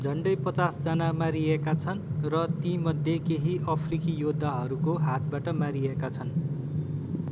झन्डै पचासजना मारिएका छन् र तीमध्ये केही अफ्रिकी योद्धाहरूको हातबाट मारिएका छन्